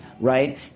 right